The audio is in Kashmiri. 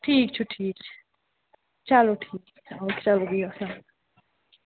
ٹھیٖک چھُ ٹھیٖک چھُ چلو ٹھیٖک چلو بِہِو اَسلامُ